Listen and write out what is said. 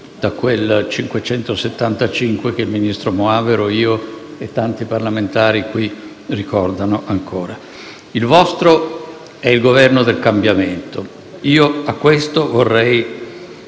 da quel 575 che il ministro Moavero, io e tanti parlamentari qui ancora ricordiamo. Il vostro è il Governo del cambiamento; a questo vorrei